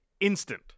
instant